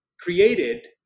created